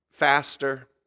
faster